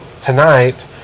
tonight